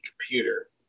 computer